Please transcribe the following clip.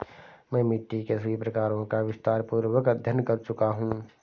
मैं मिट्टी के सभी प्रकारों का विस्तारपूर्वक अध्ययन कर चुका हूं